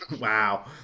Wow